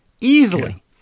Easily